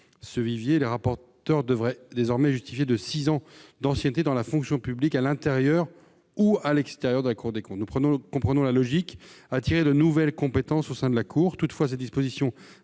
amendement, les rapporteurs devraient désormais justifier de six ans d'ancienneté dans la fonction publique à l'intérieur ou à l'extérieur de la Cour des comptes. Nous comprenons la logique : attirer de nouvelles compétences au sein de la cour. Toutefois, cette disposition